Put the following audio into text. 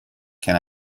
can